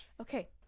Okay